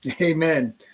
Amen